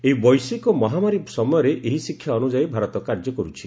ଏହି ବୈଶ୍ୱିକ ମହାମାରୀ ସମୟରେ ଏହି ଶିକ୍ଷା ଅନ୍ୟଯାୟୀ ଭାରତ କାର୍ଯ୍ୟ କରୁଛି